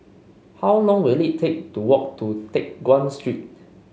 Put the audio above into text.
how long will it take to walk to Teck Guan Street